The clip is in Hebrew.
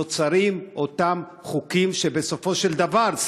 נוצרים אותם חוקים שבסופו של דבר,